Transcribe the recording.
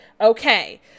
Okay